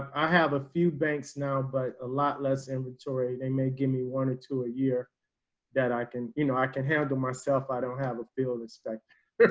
i have a few banks now, but a lot less inventory, they may give me one or two a year that i can you know, i can handle myself i don't have a feel of respect.